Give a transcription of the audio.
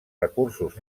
recursos